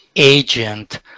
agent